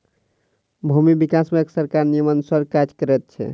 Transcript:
भूमि विकास बैंक सरकारक नियमानुसार काज करैत छै